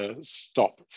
stop